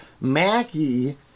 mackie